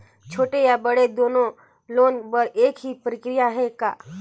छोटे या बड़े दुनो लोन बर एक ही प्रक्रिया है का?